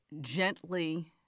gently